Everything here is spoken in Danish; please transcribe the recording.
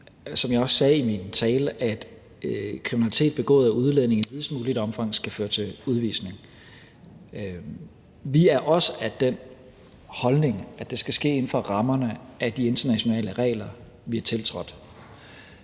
som jeg også sagde i min tale, også enig i, at kriminalitet begået af udlændinge i videst muligt omfang skal føre til udvisning. Vi er også af den holdning, at det skal ske inden for rammerne af de internationale regler, vi har tiltrådt,